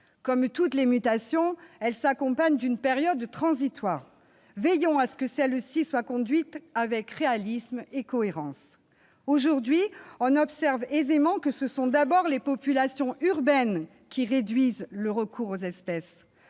Comme toutes les mutations, elle s'accompagne d'une période transitoire. Veillons à ce que celle-ci soit conduite avec réalisme et cohérence ! Aujourd'hui, on observe aisément que ce sont d'abord les populations urbaines qui réduisent leur recours aux espèces.